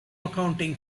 accounting